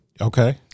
Okay